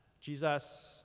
Jesus